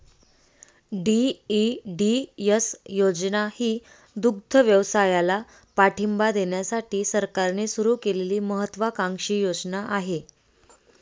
DEDS योजना ही दुग्धव्यवसायाला पाठिंबा देण्यासाठी सरकारने सुरू केलेली महत्त्वाकांक्षी योजना आहे